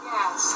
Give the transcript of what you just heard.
Yes